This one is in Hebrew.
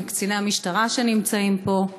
קציני המשטרה שנמצאים פה.